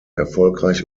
erfolgreich